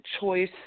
choice